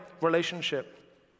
relationship